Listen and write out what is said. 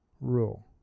rule